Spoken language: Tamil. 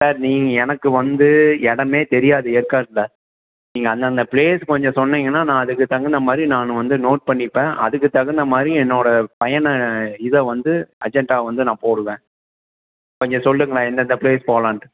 சார் நீங்கள் எனக்கு வந்து இடமே தெரியாது ஏற்காட்டில் நீங்கள் அந்தந்த பிளேஸ் கொஞ்சம் சொன்னிங்கன்னா நான் அதுக்கு தகுந்த மாதிரி நான் வந்து நோட் பண்ணிப்பேன் அதுக்கு தகுந்த மாதிரி என்னோட பயண இதை வந்து அஜெண்டா வந்து நான் போடுவேன் கொஞ்சம் சொல்லுங்களேன் எந்தெந்த பிளேஸ் போலான்ட்டு